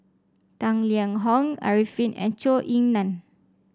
Tang Liang Hong Arifin and Zhou Ying Nan